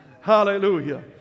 Hallelujah